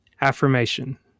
Affirmation